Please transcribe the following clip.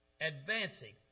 advancing